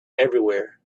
everywhere